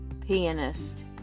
pianist